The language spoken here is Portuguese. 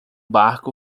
barco